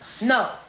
No